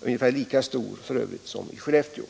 ungefär lika stor som i Skellefteå.